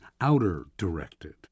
outer-directed